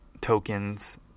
tokens